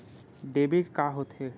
Debit का होथे?